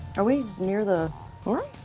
are we near the quarry?